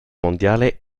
mondiale